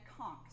conks